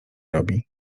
robi